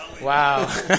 Wow